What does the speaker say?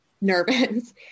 nervous